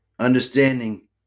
Understanding